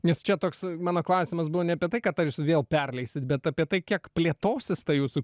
nes čia toks mano klausimas buvo ne apie tai kad ar jūs vėl perleisit bet apie tai kiek plėtosis ta jūsų